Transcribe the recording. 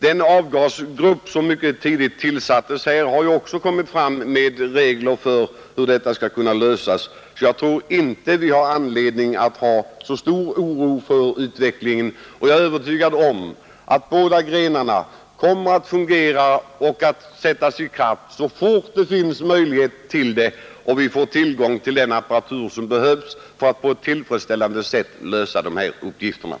Den avgasgrupp som mycket tidigt tillsattes har också kommit fram till regler för en lösning av problemet. Jag tror därför inte att vi har anledning hysa så stor oro för utvecklingen. Jag är övertygad om att båda grenarna kommer att sättas i kraft och börja fungera så fort det finns möjlighet därtill och vi får tillgång till den apparatur som behövs för att uppgifterna tillfredsställande skall kunna lösas.